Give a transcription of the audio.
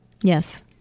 Yes